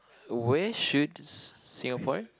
where should s~ Singaporean